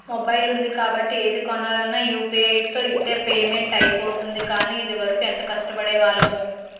mobile ఉంది కాబట్టి ఏది కొనాలన్నా యూ.పి.ఐ తో ఇట్టే పేమెంట్ అయిపోతోంది కానీ, ఇదివరకు ఎంత కష్టపడేవాళ్లమో